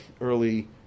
early